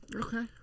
okay